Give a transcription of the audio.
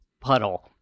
puddle